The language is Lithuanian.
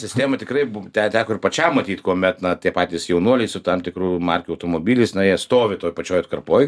sistema tikrai bu te teko ir pačiam matyt kuomet na tai patys jaunuoliai su tam tikrų markių automobiliais na jie stovi toj pačioj atkarpoj